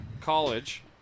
college